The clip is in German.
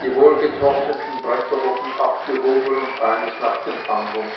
die wohlgetrockneten bretter wurden abgehoben und eines nach dem andern